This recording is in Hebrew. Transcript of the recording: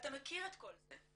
ואתה מכיר את כל זה.